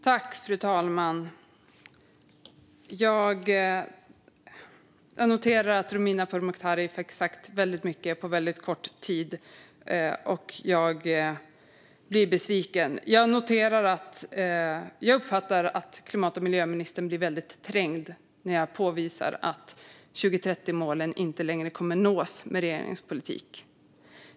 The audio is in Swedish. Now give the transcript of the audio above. Fru talman! Jag noterar att Romina Pourmokhtari säger mycket på väldigt kort tid, men jag blir besviken. Jag uppfattar att klimat och miljöministern blir väldigt trängd när jag påvisar att 2030-målen inte kommer att nås med regeringens politik.